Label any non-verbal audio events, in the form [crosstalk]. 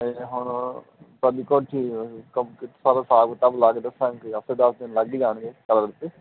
ਅਤੇ ਹੁਣ ਤੁਹਾਡੀ ਕੋਈ ਚੀਜ਼ [unintelligible] ਸਾਰਾ ਹਿਸਾਬ ਕਿਤਾਬ ਲਾ ਕੇ ਦੱਸਾਂ ਕਿ ਹਫ਼ਤੇ ਦਸ ਦਿਨ ਲੱਗ ਹੀ ਜਾਣਗੇ ਕਲਰ 'ਤੇ